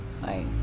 hi